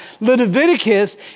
Leviticus